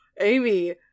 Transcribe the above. Amy